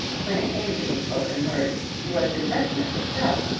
when it came to the spoken word she was directness itself,